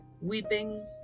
weeping